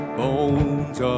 bones